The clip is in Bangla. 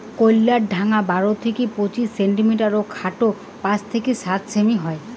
কইল্লার ঢাঙা বারো থাকি পঁচিশ সেন্টিমিটার ও খাটো পাঁচ থাকি সাত সেমি হই